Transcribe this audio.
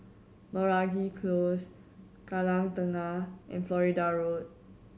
Meragi Close Kallang Tengah and Florida Road